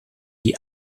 die